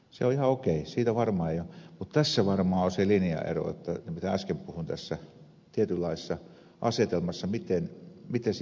se on ihan okei siitä varmaan ei ole kyse mutta tässä varmaan on se linjaero mitä äsken puhuin tässä tietynlaisessa asetelmassa miten järjestetään se palvelu